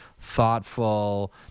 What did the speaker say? thoughtful